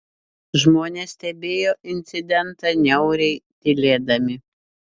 žmonės stebėjo incidentą niauriai tylėdami